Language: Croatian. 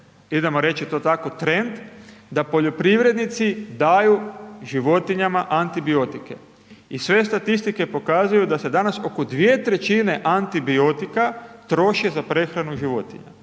idemo reći to tako trend da poljoprivrednici daju životinjama antibiotike. I sve statistike pokazuju da se danas oko 2 trećine antibiotika troši za prehranu životinja.